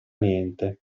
niente